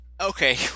Okay